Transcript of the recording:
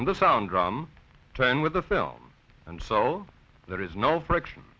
and the sound rom ten with the film and so there is no friction